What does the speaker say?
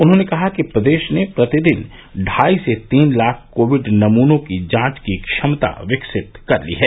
उन्होंने कहा कि प्रदेश ने प्रतिदिन ढाई से तीन लाख कोविड नमूनों की जांच की क्षमता विकसित कर ली है